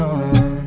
on